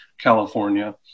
California